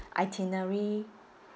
itinerary